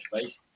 space